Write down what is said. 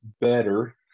better